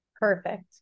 Perfect